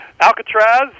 Alcatraz